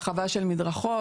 הרחבה של מדרכות,